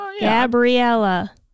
Gabriella